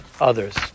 others